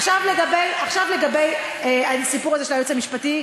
עכשיו לגבי הסיפור הזה של היועץ המשפטי.